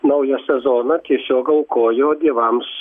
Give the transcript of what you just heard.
naują sezoną tiesiog aukojo dievams